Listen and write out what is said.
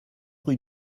rue